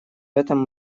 этом